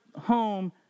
home